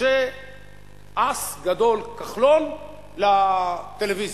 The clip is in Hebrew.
משה-אס-גדול-כחלון לטלוויזיה.